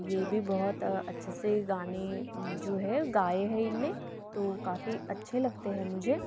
यह भी बहुत अच्छे से गाने जो हैं गाए है इनने तो काफ़ी अच्छे लगते है मुझे